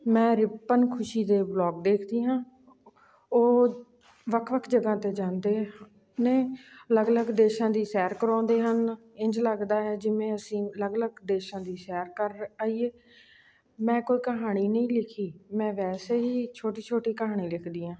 ਮੈਂ ਰਿਪਨ ਖੁਸ਼ੀ ਦੇ ਬਲੋਗ ਦੇਖਦੀ ਹਾਂ ਉਹ ਵੱਖ ਵੱਖ ਜਗ੍ਹਾਂ 'ਤੇ ਜਾਂਦੇ ਨੇ ਅਲੱਗ ਅਲੱਗ ਦੇਸ਼ਾਂ ਦੀ ਸੈਰ ਕਰਾਉਂਦੇ ਹਨ ਇੰਝ ਲੱਗਦਾ ਹੈ ਜਿਵੇਂ ਅਸੀਂ ਅਲੱਗ ਅਲੱਗ ਦੇਸ਼ਾਂ ਦੀ ਸੈਰ ਕਰ ਆਈਏ ਮੈਂ ਕੋਈ ਕਹਾਣੀ ਨਹੀਂ ਲਿਖੀ ਮੈਂ ਵੈਸੇ ਹੀ ਛੋਟੀ ਛੋਟੀ ਕਹਾਣੀ ਲਿਖਦੀ ਹਾਂ